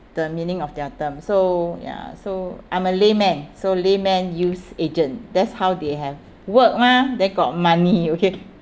the meaning of their term so ya so I'm a layman so layman use agent that's how they have work mah then got money okay